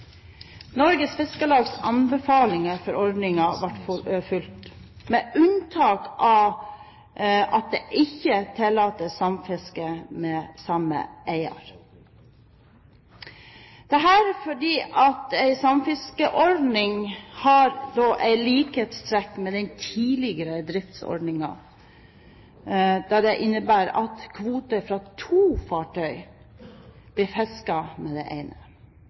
Norges Fiskarlags anbefalinger for ordningen ble fulgt, med unntak av at det ikke tillates samfiske med samme eier, fordi en samfiskeordning har likhetstrekk med den tidligere driftsordningen, da den innebærer at kvoter fra to fartøy blir fisket med det ene.